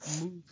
move